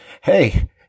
hey